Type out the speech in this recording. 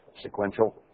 sequential